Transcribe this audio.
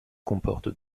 comporte